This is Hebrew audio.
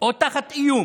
או תחת איום.